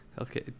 okay